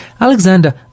Alexander